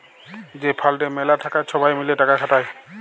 যে ফাল্ডে ম্যালা টাকা ছবাই মিলে টাকা খাটায়